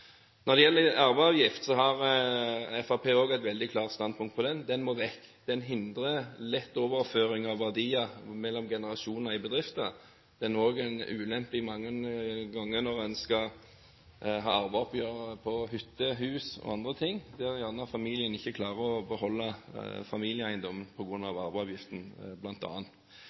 Når det gjelder arveavgift, har Fremskrittspartiet et veldig klart standpunkt: Den må vekk. Den hindrer lett overføring av verdier mellom generasjoner i bedrifter. Den er også mange ganger en ulempe når en skal ha arveoppgjør på hytte, hus og annet, der familien gjerne ikke klarer å beholde familieeiendommen på grunn av bl.a. arveavgiften.